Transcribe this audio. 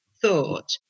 thought